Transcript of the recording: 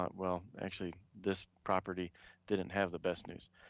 ah well actually, this property didn't have the best news.